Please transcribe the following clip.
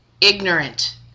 Ignorant